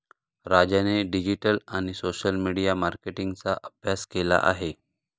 राजाने डिजिटल आणि social media मार्केटिंगचा अभ्यास केला आहे